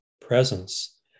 presence